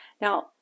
now